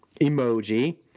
emoji